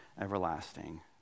everlasting